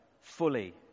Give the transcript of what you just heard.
fully